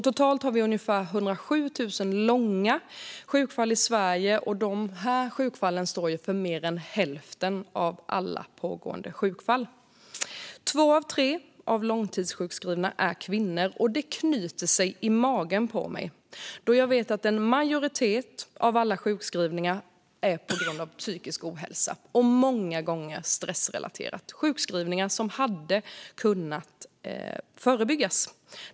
Totalt har vi ungefär 107 000 långa sjukfall i Sverige, och de står för mer än hälften av alla pågående sjukfall. Två av tre långtidssjukskrivna är kvinnor. Det knyter sig i magen på mig då jag vet att en majoritet av alla sjukskrivningar är på grund av psykisk ohälsa, och många gånger är det stressrelaterat. Det är sjukskrivningar som hade kunnat förebyggas.